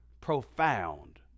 profound